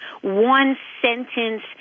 one-sentence